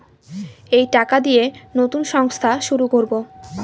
এই টাকা দিয়ে নতুন সংস্থা শুরু করবো